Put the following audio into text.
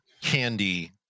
candy